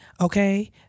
okay